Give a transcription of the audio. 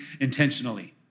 intentionally